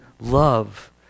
love